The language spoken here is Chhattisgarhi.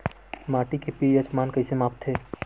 माटी के पी.एच मान कइसे मापथे?